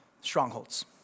strongholds